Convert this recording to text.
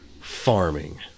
farming